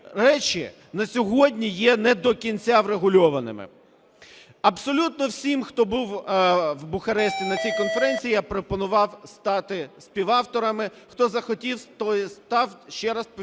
речі на сьогодні є не до кінця врегульованими. Абсолютно всім, хто був у Бухаресті на цій конференції, я пропонував стати співавторами. Хто захотів, той став. Ще раз повторюю: